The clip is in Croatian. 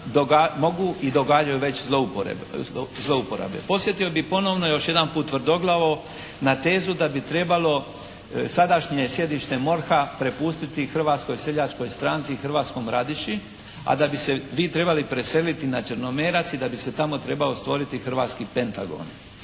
mogu i događaju već zlouporabe. Podsjetio bih ponovno još jedanput tvrdoglavo na tezu da bi trebalo sadašnje sjedište MORH-a prepustiti Hrvatskoj seljačkoj stranci «Hrvatskom radiši» a da bi se vi trebali preseliti na Črnomerac i da bi se tamo trebao stvoriti «hrvatski Pentagon».